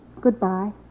Goodbye